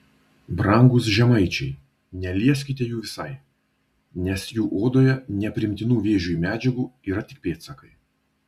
brangūs žemaičiai nelieskite jų visai nes jų odoje nepriimtinų vėžiui medžiagų yra tik pėdsakai